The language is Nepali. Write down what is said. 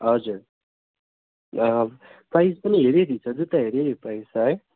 हजुर प्राइस पनि हेरी हेरी छ जुत्ता हेरी हेरी प्राइस छ है